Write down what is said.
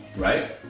right?